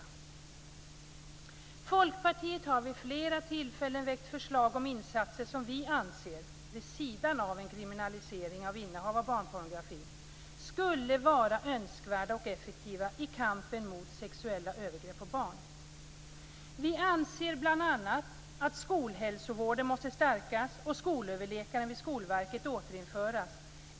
Vi i Folkpartiet har vid flera tillfällen väckt förslag om insatser som vi, vid sidan av en kriminalisering av innehav av barnpornografi, anser skulle vara önskvärda och effektiva i kampen mot sexuella övergrepp mot barn. Vi anser bl.a. att skolhälsovården måste stärkas och att skolöverläkaren vid Skolverket återinföras.